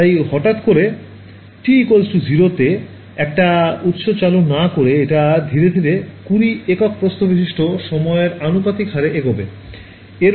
তাই হঠাৎ করে t0 তে একটা উৎস চালু না করে এটা ধিরে ধিরে ২০ একক প্রস্থ বিশিষ্ট সময়ের আনুপাতিক হারে এগবে